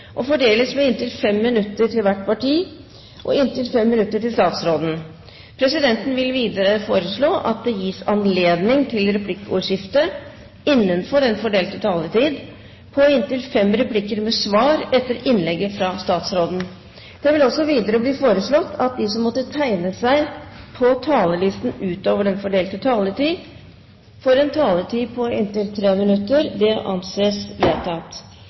og fordeles med inntil 5 minutter til hvert parti og inntil 5 minutter til statsråden. Videre vil presidenten foreslå at det gis anledning til replikkordskifte på inntil fem replikker med svar etter innlegget fra statsråden innenfor den fordelte taletid. Det blir videre foreslått at de som måtte tegne seg på talerlisten utover den fordelte taletid, får en taletid på inntil 3 minutter. – Det anses vedtatt.